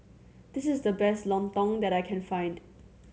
this is the best lontong that I can find